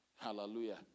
Hallelujah